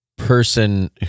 person